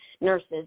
nurses